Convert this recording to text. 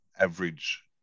average